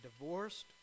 divorced